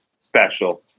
special